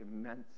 immense